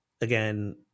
again